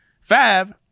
Five